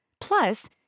Plus